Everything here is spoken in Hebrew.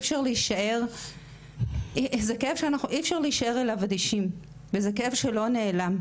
שאי אפשר להישאר אליו אדישים וזה כאב שלא נעלם.